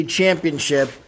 Championship